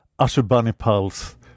Ashurbanipal's